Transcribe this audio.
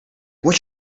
what